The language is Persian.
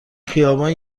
خیابان